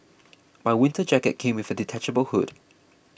my winter jacket came with a detachable hood